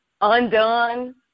undone